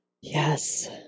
Yes